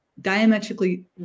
diametrically